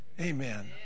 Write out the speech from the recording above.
Amen